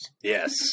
Yes